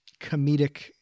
comedic